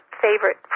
favorite